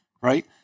right